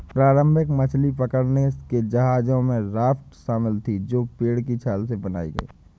प्रारंभिक मछली पकड़ने के जहाजों में राफ्ट शामिल थीं जो पेड़ की छाल से बनाई गई